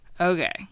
Okay